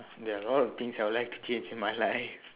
there are a lot of things I would like to change in my life